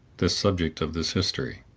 the subject of this history.